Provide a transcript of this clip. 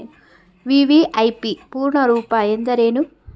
VVIP ಪೂರ್ಣ ರೂಪ ಎಂದರೇನು?